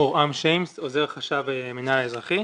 אני עוזר חשב, המינהל האזרחי.